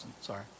sorry